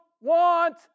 want